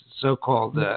so-called